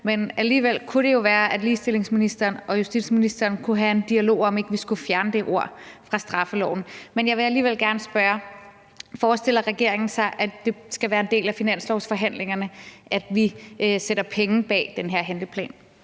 men alligevel kunne det jo være, at ligestillingsministeren og justitsministeren kunne have en dialog om, om vi ikke skulle fjerne det ord fra straffeloven. Men jeg vil alligevel gerne spørge: Forestiller regeringen sig, at det skal være en del af finanslovsforhandlingerne, at vi sætter penge bag den her handleplan?